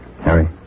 Harry